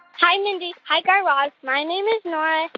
hi, mindy. hi, guy raz. my name is nora. but